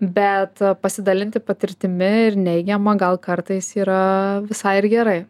bet pasidalinti patirtimi ir neigiama gal kartais yra visai ir gerai